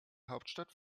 hauptstadt